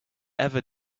ever